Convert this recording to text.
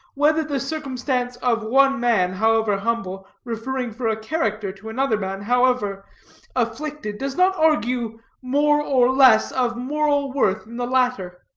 whether the circumstance of one man, however humble, referring for a character to another man, however afflicted, does not argue more or less of moral worth in the latter?